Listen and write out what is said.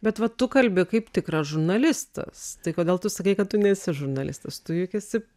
bet va tu kalbi kaip tikras žurnalistas tai kodėl tu sakai kad tu nesi žurnalistas tu juk esi